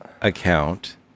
account